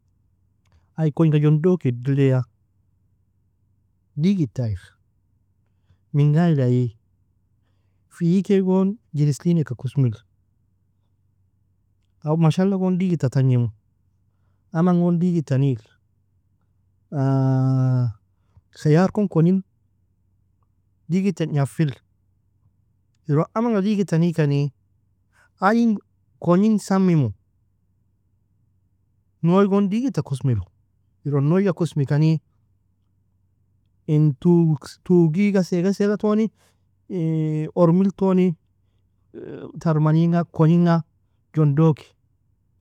Ay kognga jondow kedileya digidta aiyr, menga aylie aye? Fiekaygon jerslin eaka kusmir, aw mashala gon digidta tagnimu, aman gon digita nier, khiyar kon kognil jondow ke. Digidta gnafir, iron amanga digidta nikani, ayin kognin samimo. Noi gon digdta kosmir, iron noi ga kosmikani, in tugi gase gasela toni urmil toni tar mani inga kogn inga